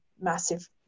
massive